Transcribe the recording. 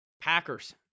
Packers